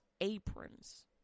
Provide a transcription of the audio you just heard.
aprons